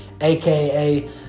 aka